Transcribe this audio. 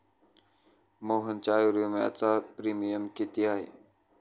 मोहनच्या आयुर्विम्याचा प्रीमियम किती आहे?